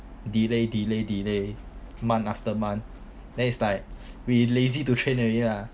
delay delay delay month after month then it's like we lazy to train already lah